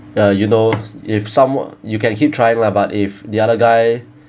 uh you know if someone you can keep trying lah but the other guy